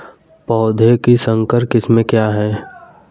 पौधों की संकर किस्में क्या हैं?